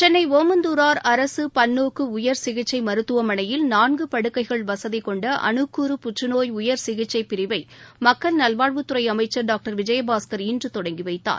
சென்னை ஓமந்தூராா் அரசு பன்னோக்கு உயா் சிகிச்சை மருத்துவமனையில் நான்கு படுக்கைகள் வசதி கொண்ட அனுக்கூறு புற்றுநோய் உயர் சிகிச்சை பிரிவை மக்கள் நல்வாழ்வுத்துறை அமைச்சர் டாக்டர் விஜயபாஸ்கர் இன்று தொடங்கி வைத்தார்